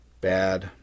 bad